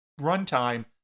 runtime